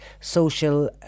social